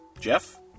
Jeff